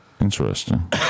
Interesting